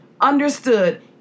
understood